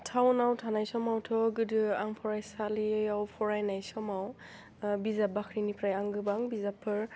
थावनाव थानाय समावथ' गोदो आं फरायसालियाव फरायनाय समाव बिजाब बाख्रिनिफ्राय आं गोबां बिजाबफोर